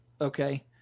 Okay